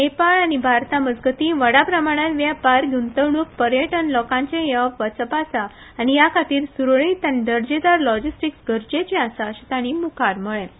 नेपाळ आनी भारता मजगतीं व्हड प्रमाणांत वेपार गुंतवणूक पर्यटन आनी लोकांचे येवप वचप आसा आनी हे खातीर सुरळीत आनी दर्जेदार लॉजिस्टीक गरजेचें आसा अशें ताणी मुखार सांगलें